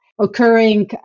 occurring